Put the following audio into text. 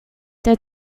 did